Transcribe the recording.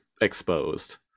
exposed